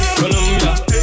Colombia